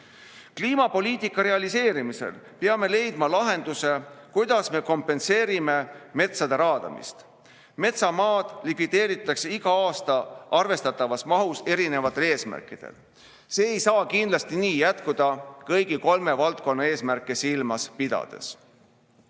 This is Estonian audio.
Kliimapoliitika realiseerimisel peame leidma lahenduse, kuidas me kompenseerime metsade raadamist. Metsamaad likvideeritakse iga aasta arvestatavas mahus erinevatel eesmärkidel. See ei saa kindlasti nii jätkuda kõigi kolme valdkonna eesmärke silmas pidades.